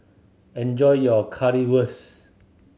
enjoy your Currywurst